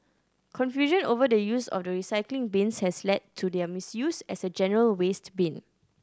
confusion over the use of the recycling bins has led to their misuse as a general waste bin